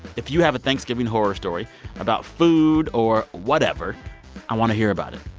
if you have a thanksgiving horror story about food or whatever i want to hear about it.